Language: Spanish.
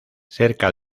cerca